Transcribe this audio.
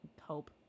hope